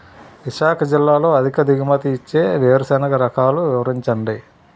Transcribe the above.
విశాఖ జిల్లాలో అధిక దిగుమతి ఇచ్చే వేరుసెనగ రకాలు వివరించండి?